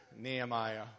Nehemiah